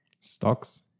Stocks